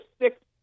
six